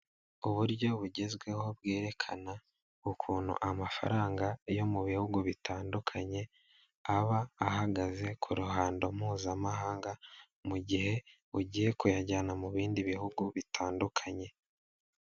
Uburyo bugezweho bwerekana ukuntu amafaranga yo mu bihugu bitandukanye aba ahagaze ku ruhando mpuzamahanga mu gihe ugiye kuyajyana mu bindi bihugu bitandukanye.